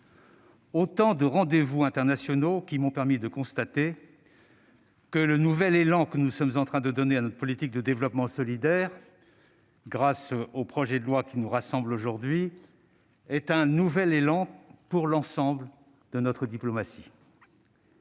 Autant de rendez-vous internationaux qui m'ont permis de constater que le nouvel élan que nous sommes en train de donner à notre politique de développement solidaire, grâce au projet de loi qui nous rassemble aujourd'hui, est un nouvel élan pour l'ensemble de notre diplomatie.